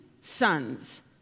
sons